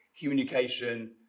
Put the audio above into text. communication